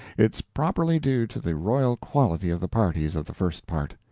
it's properly due to the royal quality of the parties of the first part.